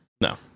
No